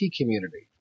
community